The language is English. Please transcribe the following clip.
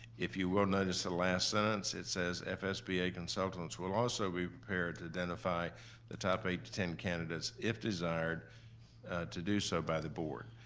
if you will notice the last sentence, it says, fsba consultants will also be prepared to identify the top eight to ten candidates if desired to do so by the board.